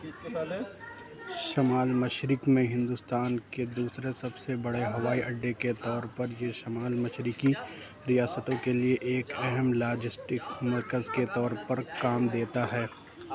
شمال مشرق میں ہندوستان کے دوسرے سب سے بڑے ہوائی اڈے کے طور پر یہ شمال مشرقی ریاستوں کے لیے ایک اہم لاجسٹک مرکز کے طور پر کام دیتا ہے